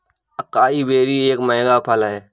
acai berry एक महंगा फल है